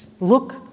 look